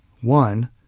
One